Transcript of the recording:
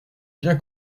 bien